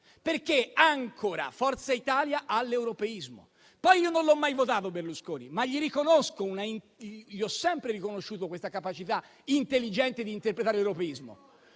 perché ancora Forza Italia all'europeismo. Io poi non l'ho mai votato Berlusconi, ma gli ho sempre riconosciuto questa capacità intelligente di interpretare l'europeismo.